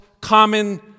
common